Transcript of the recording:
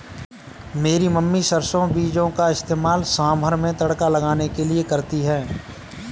मेरी मम्मी सरसों बीजों का इस्तेमाल सांभर में तड़का लगाने के लिए करती है